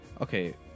okay